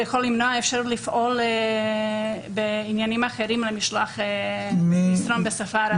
שיכול למנוע אפשרות לפעול בעניינים אחרים למשלוח מסרון בשפה הערבית.